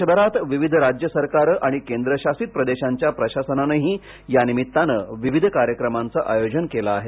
देशभरात विविध राज्य सरकारं आणि केंद्रशासित प्रदेशांच्या प्रशासनानंही यानिमित्तानं विविध कार्यक्रमांचं आयोजन केलं आहे